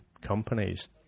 companies